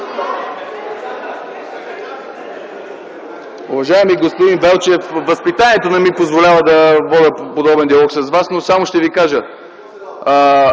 Уважаеми господин Велчев, възпитанието не ми позволява да водя подобен диалог с Вас, но само ще Ви кажа: